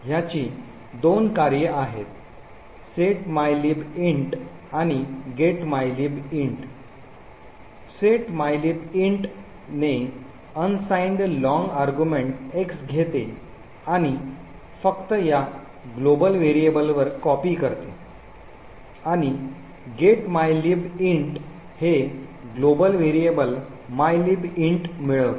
ह्याची दोन कार्ये आहेत set mylib int आणि get mylib int set mylib int ने unsigned long argument X घेते आणि फक्त या ग्लोबल व्हेरिएबलवर कॉपी करते आणि get mylib int हे ग्लोबल व्हेरिएबल mylib int मिळवते